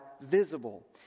visible